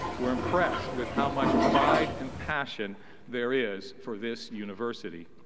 we're impressed with how much pride and passion there is for this university.